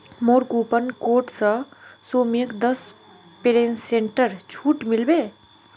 मोर coupon code स सौम्यक दस पेरसेंटेर छूट मिल बे